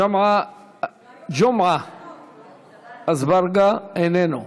ג'מעה אזברגה, איננו,